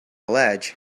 ledge